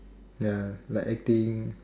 ya like acting